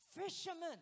fishermen